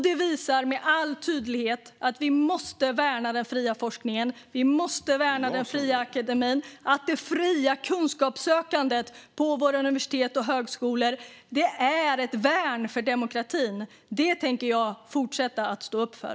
Detta visar med all tydlighet att vi måste värna den fria forskningen och den fria akademin och att det fria kunskapssökandet på våra universitet och högskolor är ett värn för demokratin. Detta tänker jag fortsätta att stå upp för.